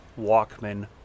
Walkman